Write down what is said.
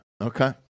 okay